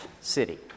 city